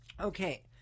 Okay